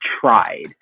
tried